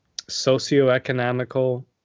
socioeconomical